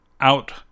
out